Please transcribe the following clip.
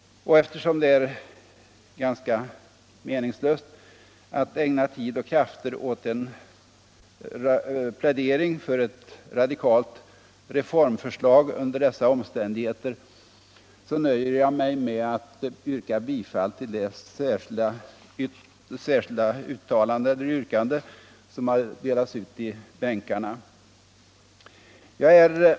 Eftersom det är ganska meningslöst att ägna tid och krafter åt en plädering för ett radikalt reformförslag under dessa omständigheter, nöjer jag mig nu med att yrka bifall till det förslag som har delats ut i bänkarna, nämligen att riksdagen med anledning av motionen nr 2 hos regeringen hemställer 2. att en utredning görs om att ersätta den militära sjukvårdsorganisationen med en civil organisation för katastrofoch krigsmedicin, som regionalt skulle ha samma huvudmän som övrig hälsooch sjukvård, dvs. landstingen.